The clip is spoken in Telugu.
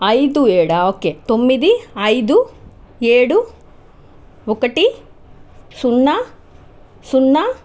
ఐదు ఏడా ఓకే తొమ్మిది ఐదు ఏడు ఒకటి సున్నా సున్నా